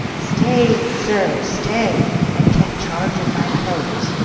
stay, sir, stay, and take charge of my clothes,